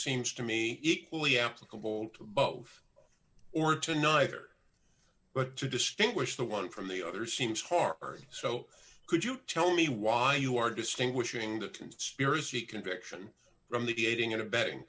seems to me equally applicable to both or to neither but to distinguish the one from the other seems hard so could you tell me why you are distinguishing the conspiracy conviction from the aiding and abetting